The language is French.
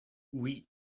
oui